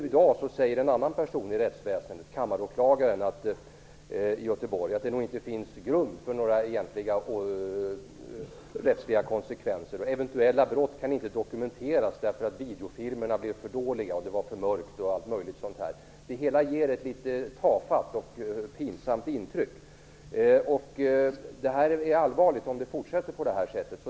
I dag säger en annan person inom rättsväsendet, kammaråklagaren i Göteborg, att det nog inte finns grund för några egentliga rättsliga konsekvenser och att eventuella brott inte kan dokumenteras därför att videofilmerna var för dåliga på grund av att det var för mörkt. Det hela ger ett litet tafatt och pinsamt intryck. Det är allvarligt om det fortsätter på det här sättet.